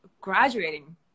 graduating